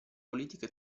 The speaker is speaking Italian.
politica